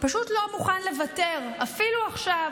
פשוט לא מוכן לוותר אפילו עכשיו